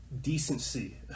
decency